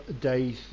day